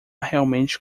realmente